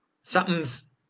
Something's